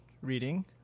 reading